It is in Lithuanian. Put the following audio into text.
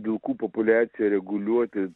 vilkų populiaciją reguliuoti